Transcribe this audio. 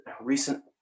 recent